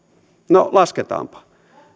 no lasketaanpa